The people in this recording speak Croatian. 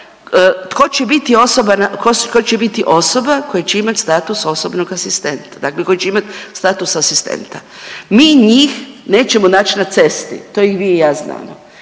Dakle, koji će imati status asistenta. Mi njih nećemo naći na cesti, to i vi i ja znamo.